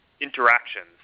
interactions